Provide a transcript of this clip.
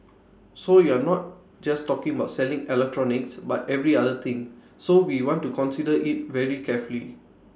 so you're not just talking about selling electronics but every other thing so we want to consider IT very carefully